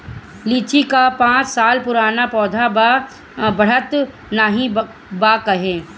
लीची क पांच साल पुराना पौधा बा बढ़त नाहीं बा काहे?